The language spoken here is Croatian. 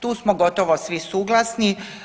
Tu smo gotovo svi suglasni.